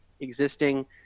existing